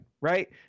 Right